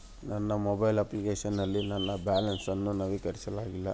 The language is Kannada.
ನನ್ನ ಮೊಬೈಲ್ ಅಪ್ಲಿಕೇಶನ್ ನಲ್ಲಿ ನನ್ನ ಬ್ಯಾಲೆನ್ಸ್ ಅನ್ನು ನವೀಕರಿಸಲಾಗಿಲ್ಲ